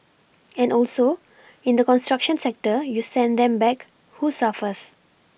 and also in the construction sector you send them back who suffers